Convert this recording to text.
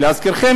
להזכירכם,